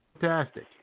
Fantastic